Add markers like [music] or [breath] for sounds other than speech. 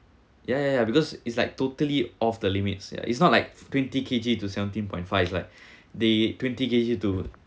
ya ya ya because it's like totally off the limits ya it's not like twenty K_G to seventeen point five it's like [breath] they twenty K_G to